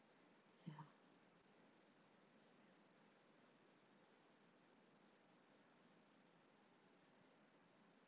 ya